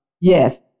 Yes